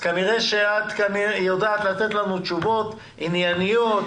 כנראה את יודעת לתת לנו תשובות ענייניות